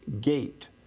Gate